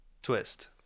twist